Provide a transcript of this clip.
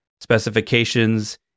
specifications